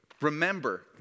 Remember